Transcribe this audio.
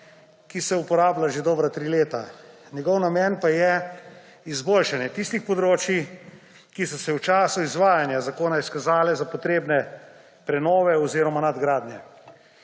ki se uporablja že dobra tri leta. Njegov namen pa je izboljšanje tistih področij, ki so se v času izvajanja zakona izkazala za potrebna prenove oziroma nadgradnje.